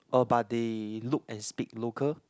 uh but they look and speak local